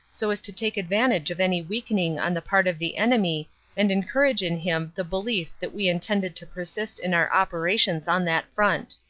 so as to take advantage of any weakening on the part of the enemy and encourage in him the belief that we intended to persist in our operations on that front.